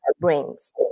brings